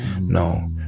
no